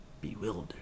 bewildered